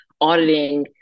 auditing